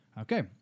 Okay